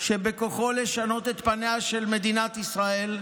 שבכוחו לשנות את פניה של מדינת ישראל,